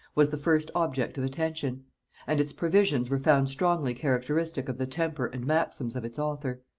was the first object of attention and its provisions were found strongly characteristic of the temper and maxims of its author.